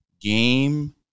game